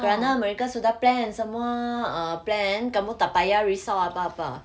kerana mereka sudah plan semua uh plan kamu tak payah risau apa-apa